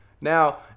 now